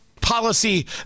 policy